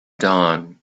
dawn